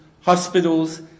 hospitals